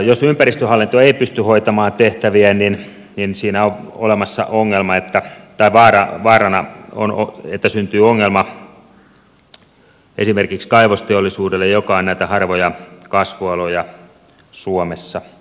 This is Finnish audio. jos ympäristöhallinto ei pysty hoitamaan tehtäviään niin siinä on olemassa vaara että syntyy ongelma esimerkiksi kaivosteollisuudelle joka on näitä harvoja kasvualoja suomessa